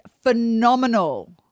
phenomenal